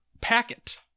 packet